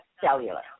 cellular